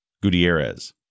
Gutierrez